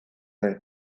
nahi